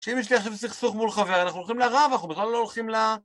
שאם יש לי עכשיו סכסוך מול חבר, אנחנו הולכים לרב, אנחנו בכלל לא הולכים ל...